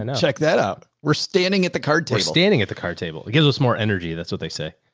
and check that up. we're standing at the card table, standing at the card table. it gives us more energy. that's what they say.